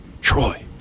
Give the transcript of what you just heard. Troy